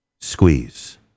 squeeze